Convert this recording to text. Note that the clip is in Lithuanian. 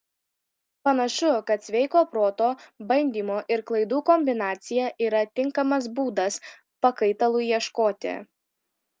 panašu kad sveiko proto bandymo ir klaidų kombinacija yra tinkamas būdas pakaitalui ieškoti